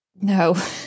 no